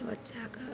बच्चाके